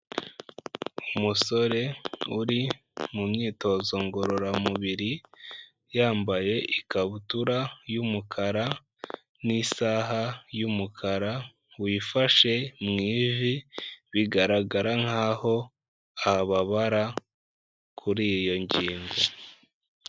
Umusore uri mu myitozo ngororamubiri, yambaye ikabutura y'umukara n'isaha y'umukara, wifashe mu ivi, bigaragara nk'aho hababara kuri iyo ngingo.